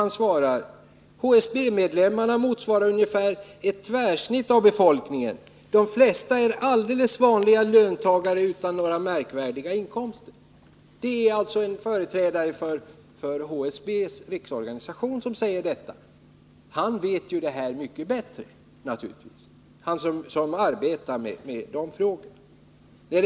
Han svarar att HSB-medlemmarna motsvarar ungefär ett tvärsnitt av befolkningen. De flesta är alldeles vanliga löntagare utan märkvärdigt höga inkomster. Det säger alltså en företrädare för HSB:s riksorganisation, och han bör ju veta vad han talar om, eftersom han arbetar med dessa frågor.